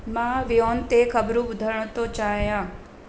मां वियोन ते खबरूं ॿुधण थो चाहियां